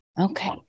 Okay